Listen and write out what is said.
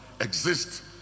exist